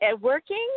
working